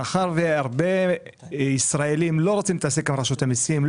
מאחר והרבה ישראלים לא רוצים להתעסק עם רשות המיסים,